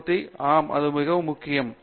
மூர்த்தி ஆம் மிகவும் அவசியம்